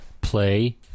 Play